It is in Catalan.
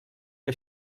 que